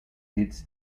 its